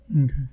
Okay